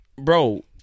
bro